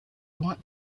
want